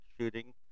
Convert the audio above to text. shooting